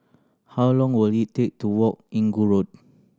how long will it take to walk Inggu Road